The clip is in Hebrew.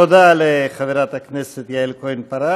תודה לחברת הכנסת יעל כהן-פארן.